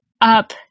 up